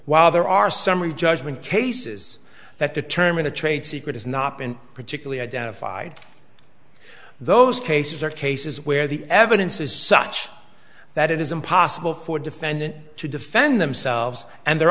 while there are summary judgment cases that determine the trade secret has not been particularly identified those cases are cases where the evidence is such that it is impossible for defendant to defend themselves and the